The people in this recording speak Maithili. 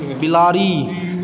बिलाड़ि